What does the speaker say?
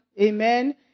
amen